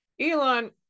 Elon